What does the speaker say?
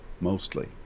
mostly